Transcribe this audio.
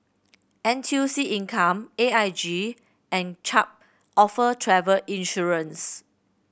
N T U C Income A I G and Chubb offer travel insurance